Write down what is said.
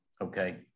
Okay